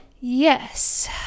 Yes